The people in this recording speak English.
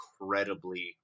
incredibly